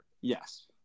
Yes